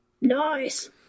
Nice